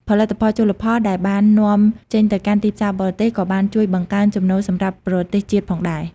ផលិតផលជលផលដែលបាននាំចេញទៅកាន់ទីផ្សារបរទេសក៏បានជួយបង្កើនចំណូលសម្រាប់ប្រទេសជាតិផងដែរ។